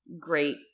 great